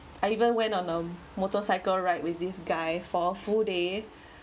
I even went on a motorcycle ride with this guy for full day